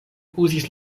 uzis